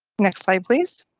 next slide, please.